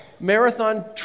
Marathon